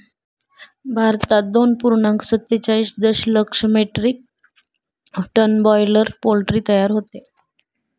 भारतात दोन पूर्णांक सत्तेचाळीस दशलक्ष मेट्रिक टन बॉयलर पोल्ट्री तयार होते